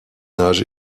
âge